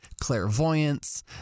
clairvoyance